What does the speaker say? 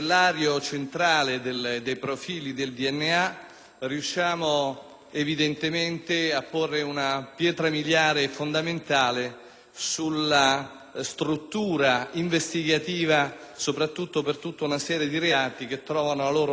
riusciamo, evidentemente, a porre una pietra miliare fondamentale sulla struttura investigativa, soprattutto per tutta una serie di reati che trovano la loro matrice nell'identità ematica.